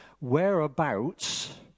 whereabouts